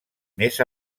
més